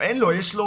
יש לו